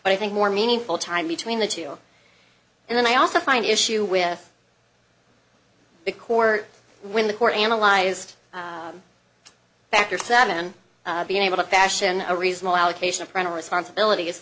but i think more meaningful time between the two and then i also find issue with the court when the court analyzed factor seven being able to fashion a reasonable allocation of parental responsibility if